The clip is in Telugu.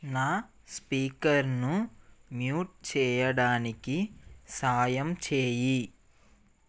నా స్పీకర్ను మ్యూట్ చేయడానికి సాయం చేయి